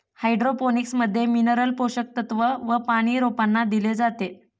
hydroponics मध्ये mineral पोषक तत्व व पानी रोपांना दिले जाते